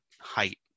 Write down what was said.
height